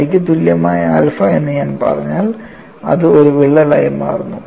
പൈയ്ക്ക് തുല്യമായ ആൽഫ എന്ന് ഞാൻ പറഞ്ഞാൽ അത് ഒരു വിള്ളലായി മാറുന്നു